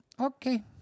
Okay